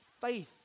faith